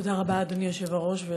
תודה רבה, אדוני היושב-ראש.